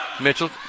Mitchell